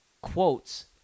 quotes